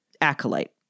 acolyte